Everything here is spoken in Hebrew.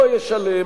לא ישלם,